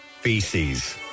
feces